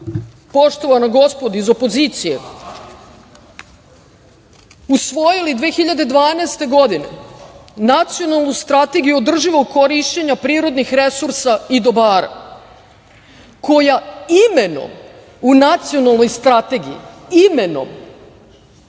poštovana gospodo iz opozicije usvojili 2012. godine Nacionalnu strategiju održivog korišćenja prirodnih resursa i dobara, koja imenom u nacionalnoj strategiji, imenom